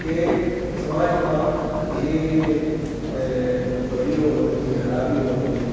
કે સમાજમાં જે બદીઓ હતી જે ખરાબીઓ હતી